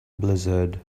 blizzard